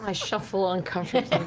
ah shuffle uncomfortably